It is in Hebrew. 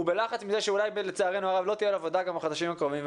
הוא בלחץ מזה שאולי לצערנו הרב לא תהיה לו עבודה גם בחודשים הקרובים,